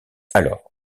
alors